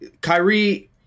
Kyrie